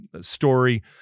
story